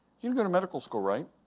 you go to medical school, right?